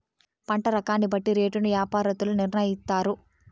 పంట రకాన్ని బట్టి రేటును యాపారత్తులు నిర్ణయిత్తారు